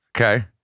Okay